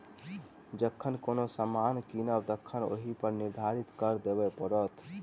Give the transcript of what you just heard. जखन कोनो सामान कीनब तखन ओहिपर निर्धारित कर देबय पड़त